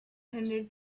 hundred